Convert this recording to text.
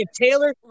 Taylor